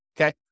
Okay